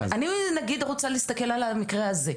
אני למשל רוצה להסתכל על המקרה הזה.